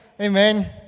Amen